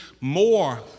more